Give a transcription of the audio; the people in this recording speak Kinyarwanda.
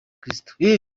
kris